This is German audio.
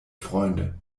freunde